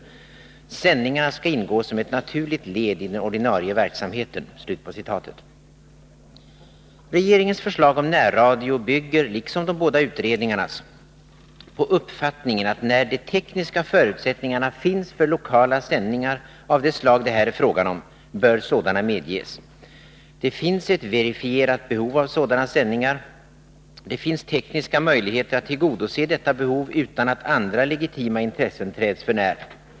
Sändningarna skall ingå som ett naturligt led i den ordinarie verksamheten.” Regeringens förslag om närradio bygger — liksom de båda utredningarnas — på uppfattningen att när de tekniska förutsättningarna finns för lokala sändningar av det slag det här är fråga om, bör sådana medges. Det finns ett verifierat behov av sådana sändningar. Det finns tekniska möjligheter att tillgodose detta behov utan att andra legitima intressen träds för när.